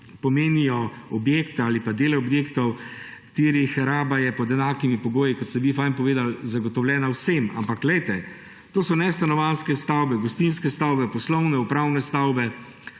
pomenijo objekte ali pa dele objektov, katerih raba je pod enakimi pogoji, kot ste vi dobro povedali, zagotovljena vsem. Ampak to so nestanovanjske stavbe, gostinske stavbe, poslovne, upravne stavbe,